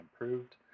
improved